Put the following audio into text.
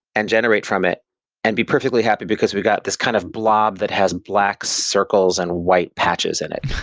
and generate from it and be perfectly happy because we've got this kind of blob that has black circles and white patches in it,